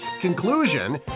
conclusion